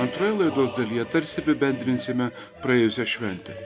antroje laidos dalyje tarsi apibendrinsime praėjusią šventę